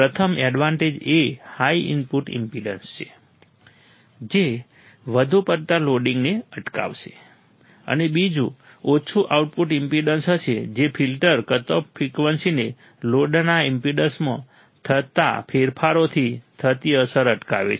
પ્રથમ એડવાન્ટેજ એ high input impedance છે જે વધુ પડતા લોડિંગને અટકાવશે અને બીજું ઓછું આઉટપુટ ઈમ્પેડન્સ હશે જે ફિલ્ટર કટ ઓફ ફ્રિકવન્સીને લોડના ઈમ્પેડન્સમાં થતા ફેરફારોથી થતી અસર અટકાવે છે